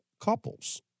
couples